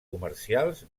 comercials